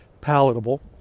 palatable